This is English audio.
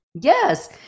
Yes